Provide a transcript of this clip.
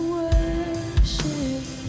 worship